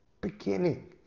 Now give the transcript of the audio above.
beginning